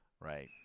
right